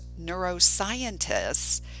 neuroscientists